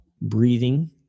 breathing